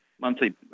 monthly